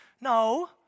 No